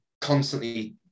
constantly